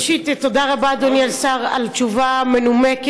ראשית, תודה רבה, אדוני השר, על תשובה מנומקת.